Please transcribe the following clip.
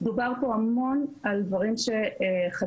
דובר פה המון על דברים שחסרים.